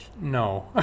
no